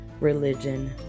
religion